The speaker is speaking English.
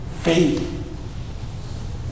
faith